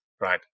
Right